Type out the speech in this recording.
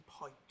point